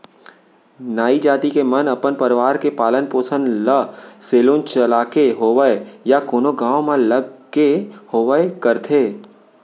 नाई जात के मन अपन परवार के पालन पोसन ल सेलून चलाके होवय या कोनो गाँव म लग के होवय करथे